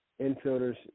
infielders